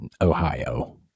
Ohio